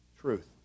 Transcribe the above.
Truth